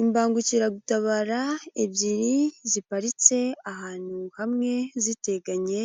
Imbangukiragutabara, ebyiri, ziparitse ahantu hamwe ziteganye,